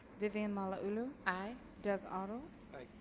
vivian malauulu? aye. doug otto? aye.